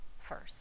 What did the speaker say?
first